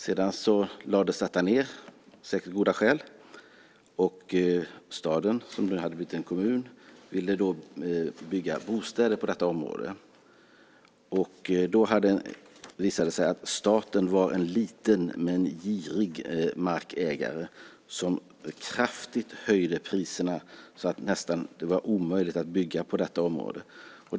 Sedan lades detta ned - säkert av goda skäl - och staden, som nu hade blivit en kommun, ville bygga bostäder på detta område. Då visade det sig att staten var en liten men girig markägare som kraftigt höjde priserna så att det nästan var omöjligt att bygga på detta område.